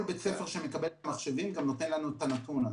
כל בית ספר שמקבל את המחשבים גם נותן לנו את הנתון הזה.